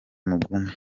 mugume